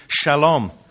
shalom